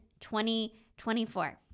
2024